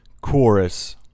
chorus